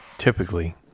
typically